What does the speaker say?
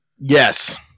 Yes